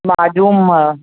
माजूम